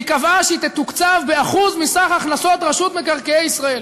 והיא קבעה שהיא תתוקצב ב-1% מסך הכנסות רשות מקרקעי ישראל,